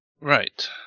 Right